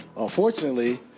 Unfortunately